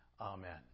Amen